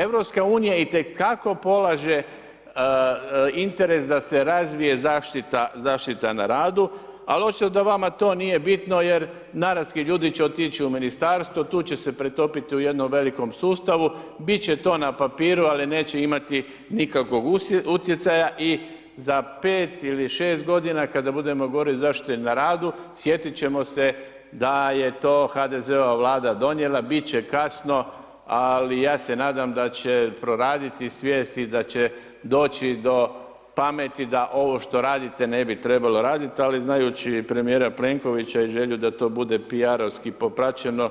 EU itekako polaže interes da se razvije zaštita na radu, ali očito da vama to nije bitno jer ... ljudi će otići u ministarstvo, tu će se pretopiti u jednom velikom sustavu, bit će to na papiru, ali neće imati nikakvog utjecaja i za 5 ili 6 godina kada budemo govorili o zaštiti na radu sjetit ćemo se da je to HDZ-ova vlada donijela, bit će kasno, ali ja se nadam da će proraditi svijest i da će doći do pameti da ovo što radite ne bi trebalo radit, ali znajući premijera Plenkovića i želju da to bude PR-ovski popraćeno,